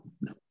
No